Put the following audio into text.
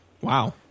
Wow